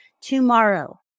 tomorrow